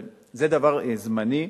אבל זה דבר זמני,